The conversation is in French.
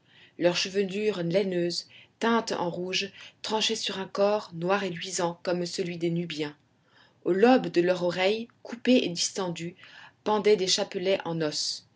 leur chevelure laineuse teinte en rouge tranchait sur un corps noir et luisant comme celui des nubiens au lobe de leur oreille coupé et distendu pendaient des chapelets en os